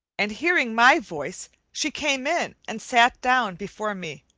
and hearing my voice she came in and sat down before me,